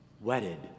wedded